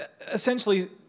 essentially